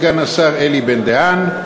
סגן השר אלי בן-דהן,